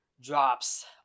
drops